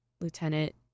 lieutenant